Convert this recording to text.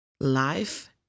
life